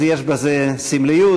אז יש בזה סמליות.